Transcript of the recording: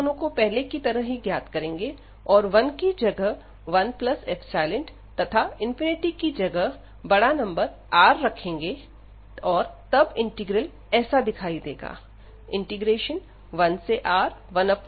हम इन दोनों को पहले की तरह ही ज्ञात करेंगे और 1 की जगह 1ϵ तथा की जगह बड़ा नंबर R रखेंगे और तब इंटीग्रल ऐसा दिखाई देगा 1R1xx 1dx